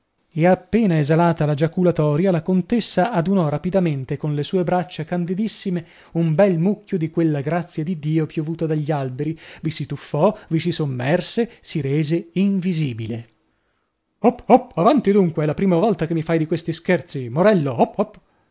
e appena esalata la giaculatoria la contessa adunò rapidamente colle sue braccia candidissime un bel mucchio di quella grazia di dio piovuta dagli alberi vi si tuffò vi si sommerse si rese invisibile opp opp avanti dunque è la prima volta che mi fai di questi scherzi morello